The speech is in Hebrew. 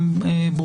חברים וחברות יקרים,